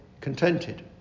contented